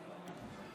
חברי הכנסת,